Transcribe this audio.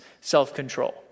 self-control